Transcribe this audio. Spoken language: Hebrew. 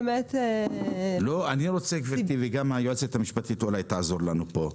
אולי היועצת המשפטית תעזור לנו כאן.